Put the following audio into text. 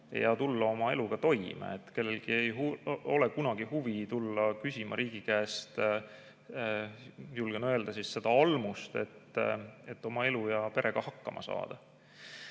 ja tulla oma eluga toime. Kellelgi ei ole kunagi huvi tulla küsima riigi käest, julgen öelda, almust, et oma elu ja perega hakkama saada. Ma